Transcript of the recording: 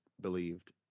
believed